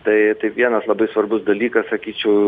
tai taip vienas labai svarbus dalykas sakyčiau